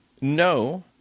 No